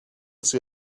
see